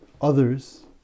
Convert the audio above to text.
others